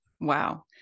Wow